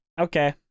Okay